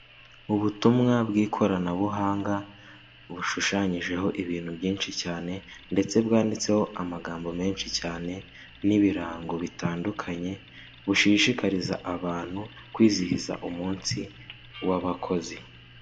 Ubutumwa bw'ikoranabuhanga, bushushanyijeho ibintu byinshi cyane ndetse bwanditseho amagambo menshi cyane n'ibirango bitandukanye, bushishikariza abantu kwizihiza umunsi w'abakozi.